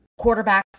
quarterbacks